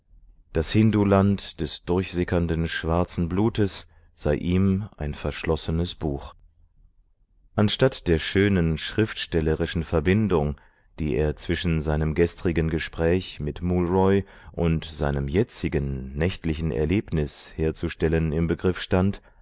das hinduland des durchsickernden schwarzen blutes sei ihm ein verschlossenes buch anstatt der schönen schriftstellerischen verbindung die er zwischen seinem gestrigen gespräch mit mool roy und seinem jetzigen nächtlichen erlebnis herzustellen im begriff stand